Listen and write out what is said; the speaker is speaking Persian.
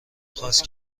خواست